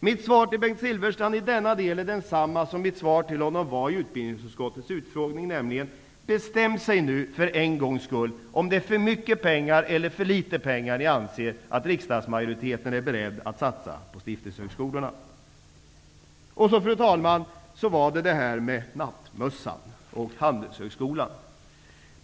Mitt svar till Bengt Silfverstrand i denna del är detsamma som mitt svar till honom i utbildningsutskottets utfrågning: Bestäm er nu för en gångs skull om det är för mycket eller för litet pengar som ni anser att riksdagsmajoriteten är beredd att satsa på stiftelsehögskolorna! Och så var det det här med nattmössan och Handelshögskolan, fru talman.